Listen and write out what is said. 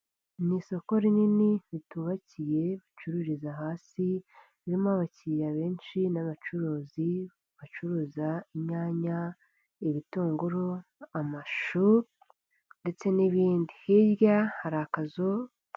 Ni isoko rinini ritubakiye ricururiza hasi, ririmo abakiriya benshi n'abacuruzi bacuruza inyanya ibitunguru amashu ndetse n'ibindi, hirya hari akazu.